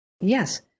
Yes